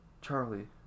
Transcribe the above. Charlie